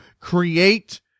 create